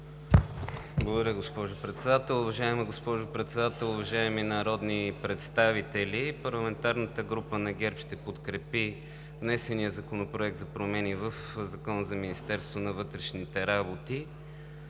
Благодаря, госпожо Председател. Уважаема госпожо Председател, уважаеми народни представители! Парламентарната група на ГЕРБ ще подкрепи внесения Законопроект за промени в Закона за Министерството на вътрешните работи.